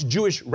Jewish